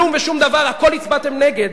כלום ושום דבר, הכול הצבעתם נגד.